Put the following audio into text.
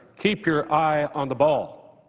keep your eye on the ball.